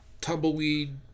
Tumbleweed